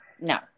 no